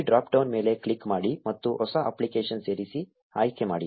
ಈ drop down ಮೇಲೆ click ಮಾಡಿ ಮತ್ತು ಹೊಸ ಅಪ್ಲಿಕೇಶನ್ ಸೇರಿಸಿ ಆಯ್ಕೆಮಾಡಿ